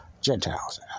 Gentiles